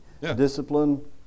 Discipline